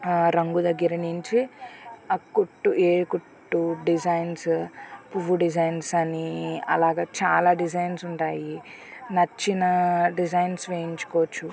రంగు దగ్గర నుంచి ఆకుట్టు ఏ కుట్టు డిజైన్స్ పువ్వు డిజైన్స్ అని అలాగే చాలా డిజైన్స్ ఉంటాయి నచ్చిన డిజైన్స్ వేయించుకోవచ్చు